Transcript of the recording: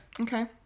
Okay